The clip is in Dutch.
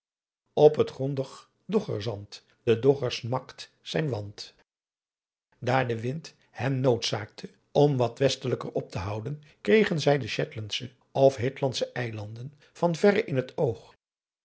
op t grondig doggerszant de dogger smakt zijn want daar de wind hen noodzaakte om wat westelijker op te houden kregen zij de shetlandsche of hitlandsche eilanden van verre in het oog